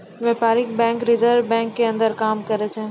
व्यपारीक bank reserve bank के अंदर काम करै छै